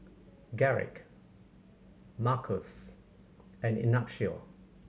Garrick Markus and Ignacio